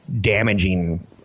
damaging